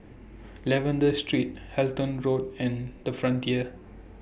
Lavender Street Halton Road and The Frontier